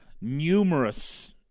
numerous